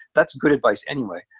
that's good advice anyway.